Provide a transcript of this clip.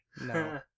no